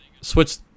switch